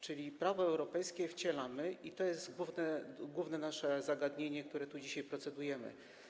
Czyli prawo europejskie wcielamy i to jest główne nasze zagadnienie, nad którym tu dzisiaj procedujemy.